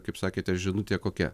kaip sakėte žinutė kokia